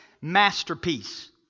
masterpiece